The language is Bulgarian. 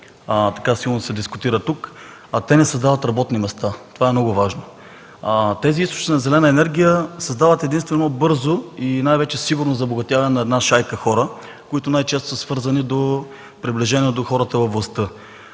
която силно се дискутира тук, не създават работни места. Това е много важно. Тези източници на „зелена” енергия създават единствено бързо и най-вече сигурно забогатяване на една шайка хора, които най-често са свързани с приближени до хората във властта.